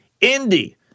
Indy